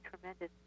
tremendous